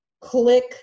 Click